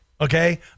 Okay